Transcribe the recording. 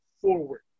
forward